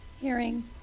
hearing